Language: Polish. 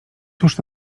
tuż